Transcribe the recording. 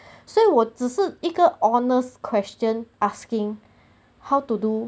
所以我只是一个 honest question asking how to do